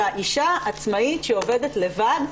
אלא אישה עצמאית שעובדת לבד,